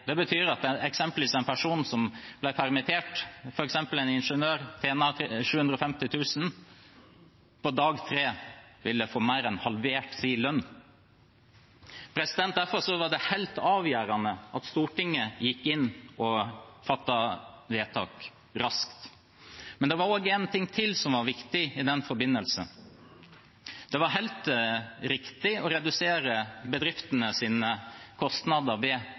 Det betyr eksempelvis at en ingeniør som ble permittert, og som tjener 750 000 kr, fra dag 3 ville få mer enn halvert sin lønn. Derfor var det helt avgjørende at Stortinget gikk inn og fattet vedtak raskt. Men det var en ting til som var viktig i den forbindelse. Det var helt riktig å redusere bedriftenes kostnader ved